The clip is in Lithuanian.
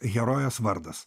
herojės vardas